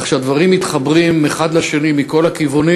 כך שהדברים מתחברים מכל הכיוונים,